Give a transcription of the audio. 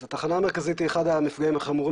אז התחנה המרכזית היא אחד המפגעים החומרים